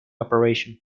operation